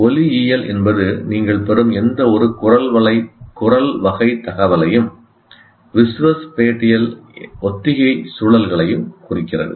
ஒலியியல் என்பது நீங்கள் பெறும் எந்தவொரு குரல் வகை தகவலையும் விசுவஸ்பேடியல் ஒத்திகை சுழல்களையும் குறிக்கிறது